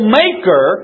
maker